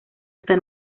hasta